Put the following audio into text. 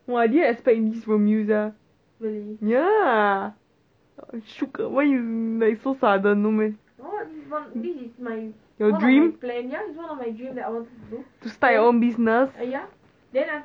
!wah! I didn't expect this from you sia ya shooked why you like so sudden no meh your dream to start your own business